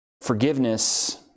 forgiveness